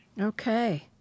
okay